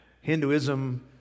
Hinduism